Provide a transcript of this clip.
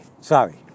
Sorry